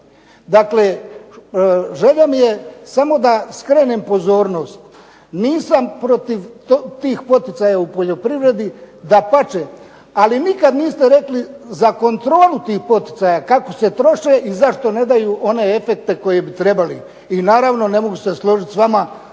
Dakle, želja mi je samo da skrenem pozornost. Nisam protiv tih poticaja u poljoprivredi. Dapače, ali nikad niste rekli za kontrolu tih poticaja kako se troše i zašto ne daju one efekte koje bi trebali. I naravno, ne mogu se složiti s nama